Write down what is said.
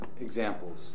examples